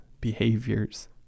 behaviors